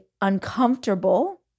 uncomfortable